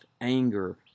Anger